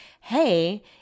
hey